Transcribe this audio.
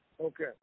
Okay